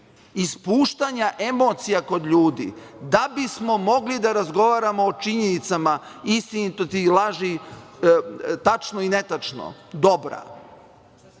i spuštanja emocija kod ljudi, da bismo mogli da razgovaramo o činjenicama istinitosti i laži, tačno i netačno, dobra.